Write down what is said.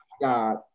God